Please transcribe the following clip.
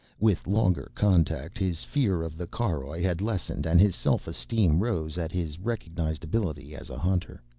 with longer contact his fear of the caroj had lessened, and his self-esteem rose at his recognized ability as a hunter.